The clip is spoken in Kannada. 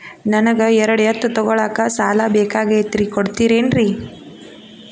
ನನಗ ಎರಡು ಎತ್ತು ತಗೋಳಾಕ್ ಸಾಲಾ ಬೇಕಾಗೈತ್ರಿ ಕೊಡ್ತಿರೇನ್ರಿ?